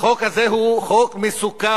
החוק הזה הוא חוק מסוכן,